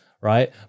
right